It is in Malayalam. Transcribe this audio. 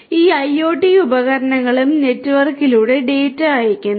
ഈ IoT ഉപകരണങ്ങളും നെറ്റ്വർക്കിലൂടെ ഡാറ്റ അയയ്ക്കുന്നു